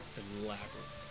elaborate